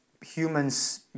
humans